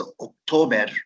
October